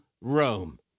Rome